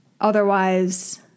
Otherwise